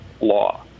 law